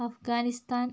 Afghanistan